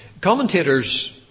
Commentators